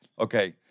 Okay